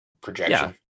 projection